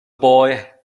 boy